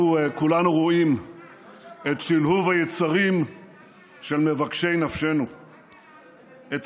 אנחנו כולנו רואים את שלהוב היצרים של מבקשי נפשנו,